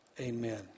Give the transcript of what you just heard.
Amen